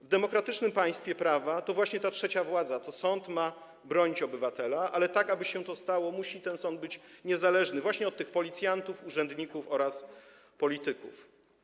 W demokratycznym państwie prawa to właśnie ta trzecia władza, to sąd ma bronić obywatela, jednak aby się to stało, ten sąd musi być niezależny właśnie od tych policjantów, urzędników oraz polityków.